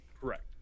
Correct